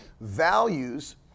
values